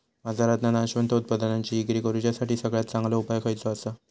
बाजारात नाशवंत उत्पादनांची इक्री करुच्यासाठी सगळ्यात चांगलो उपाय खयचो आसा?